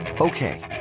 Okay